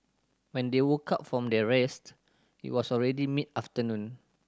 when they woke up from their rest it was already mid afternoon